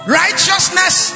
righteousness